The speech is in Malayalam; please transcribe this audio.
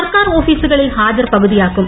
സർക്കാർ ഓഫീസുകളിൽ ഹാജർ പ്പകുതിയാക്കും